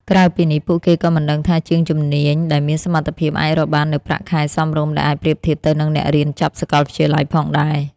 ក្រៅពីនេះ ពួកគេក៏មិនដឹងថាជាងជំនាញដែលមានសមត្ថភាព អាចរកបាននូវប្រាក់ខែសមរម្យ ដែលអាចប្រៀបធៀបទៅនឹងអ្នករៀនចប់សាកលវិទ្យាល័យផងដែរ។